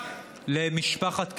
למשפחת קררו,